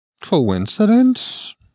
coincidence